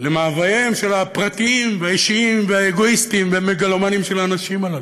למאווייהם הפרטיים והאישיים והאגואיסטיים והמגלומניים של האנשים הללו.